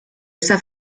esa